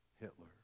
Hitler